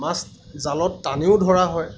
মাছ জালত টানিও ধৰা হয়